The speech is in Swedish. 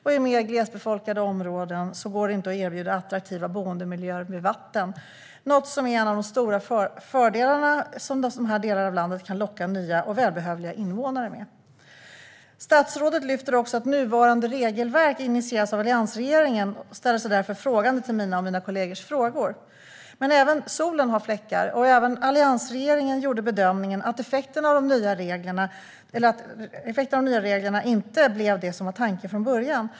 Och i mer glesbefolkade områden går det inte att erbjuda attraktiva boendemiljöer vid vatten, något som är en av de stora fördelar som dessa delar av landet kan locka nya och välbehövliga invånare med. Statsrådet lyfter också att nuvarande regelverk har initierats av alliansregeringen och ställer sig därför frågande till mina och mina kollegors frågor. Men även solen har fläckar. Även alliansregeringen gjorde bedömningen att effekterna av de nya reglerna inte blev det som var tanken från början.